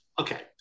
okay